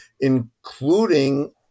including